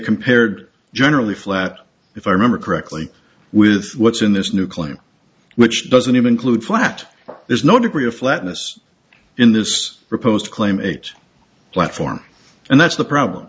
compared generally flat if i remember correctly with what's in this new claim which doesn't even include flat there's no degree of flatness in this proposed claymates platform and that's the problem